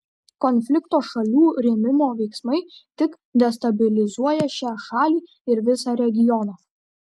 konflikto šalių rėmimo veiksmai tik destabilizuoja šią šalį ir visą regioną